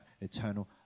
eternal